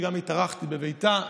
שגם התארחתי בביתה,